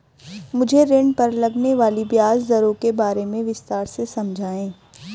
मुझे ऋण पर लगने वाली ब्याज दरों के बारे में विस्तार से समझाएं